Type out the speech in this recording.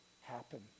happen